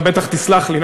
אתה בטח תסלח לי,